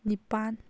ꯅꯤꯄꯥꯜ